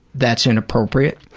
that's inappropriate.